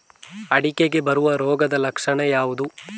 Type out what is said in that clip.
ಅಡಿಕೆಗೆ ಬರುವ ರೋಗದ ಲಕ್ಷಣ ಯಾವುದು?